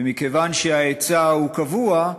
ומכיוון שההיצע קבוע,